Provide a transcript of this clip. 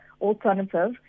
alternative